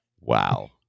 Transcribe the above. Wow